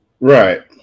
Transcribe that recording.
Right